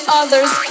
others